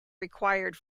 required